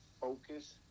focus